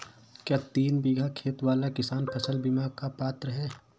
क्या तीन बीघा खेत वाला किसान फसल बीमा का पात्र हैं?